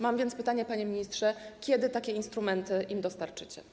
Mam więc pytanie, panie ministrze: Kiedy takie instrumenty im dostarczycie?